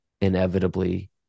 inevitably